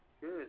Good